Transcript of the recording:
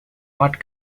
what